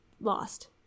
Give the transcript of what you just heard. lost